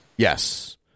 Yes